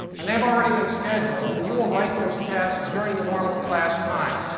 and they've already been scheduled. and you will write those tests during the normal class time.